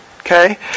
okay